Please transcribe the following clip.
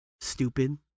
Stupid